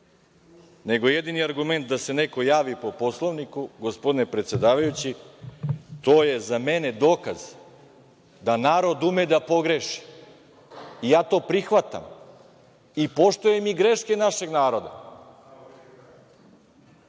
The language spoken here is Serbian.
nego jedini argument da se neko javi po Poslovniku, gospodine predsedavajući, to je za mene dokaz da narod ume da pogreši. Ja to prihvatam i poštujem i greške našeg naroda. Nemam